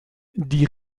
die